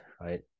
right